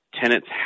Tenants